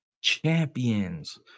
champions